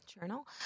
Journal